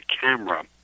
camera